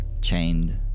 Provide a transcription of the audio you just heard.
chained